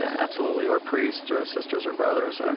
absolutely or priests or or sisters or brothers.